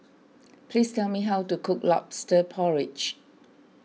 please tell me how to cook Lobster Porridge